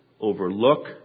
overlook